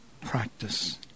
practice